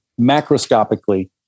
macroscopically